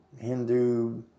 Hindu